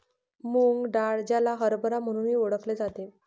मूग डाळ, ज्याला हरभरा म्हणूनही ओळखले जाते